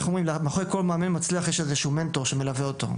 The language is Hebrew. מאחורי כל מאמן מצליח יש איזה שהוא מנטור שמלווה אותו.